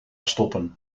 stoppen